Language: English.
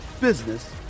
business